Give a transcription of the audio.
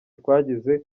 twagize